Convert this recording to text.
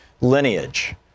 lineage